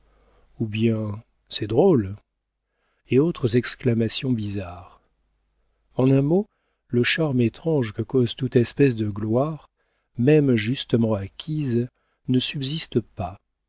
ou bien c'est drôle et autres exclamations bizarres en un mot le charme étrange que cause toute espèce de gloire même justement acquise ne subsiste pas